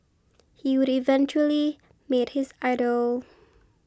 he would eventually meet his idol